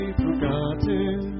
forgotten